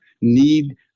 need